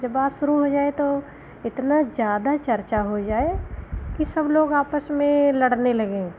जब बात शुरू हो जाए तो इतना ज़्यादा चर्चा हो जाए कि सब लोग आपस में लड़ने लगे